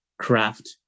craft